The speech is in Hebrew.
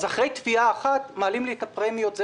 אז אחרי תביעה אחת מעלים לי את הפרמיות ב-30%,